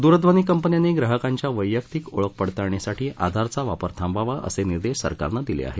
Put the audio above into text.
दुरध्वनी कंपन्यांनी ग्राहकांच्या वैयक्तिक ओळख पडताळणीसाठी आधार चा वापर थांबवावा असे निर्देश सरकारनं दिले आहेत